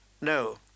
No